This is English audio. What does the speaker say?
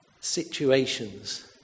situations